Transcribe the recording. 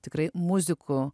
tikrai muzikų